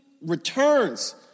returns